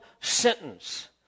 sentence